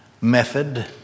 method